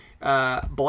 Black